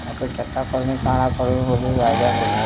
ତା'ପରେ କେନ୍ତା କର୍ମି କାଣା କର୍ମି ବୋଲି ଆଜ୍ଞା ଗଲି